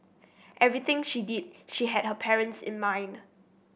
everything she did she had her parents in mind